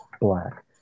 black